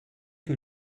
que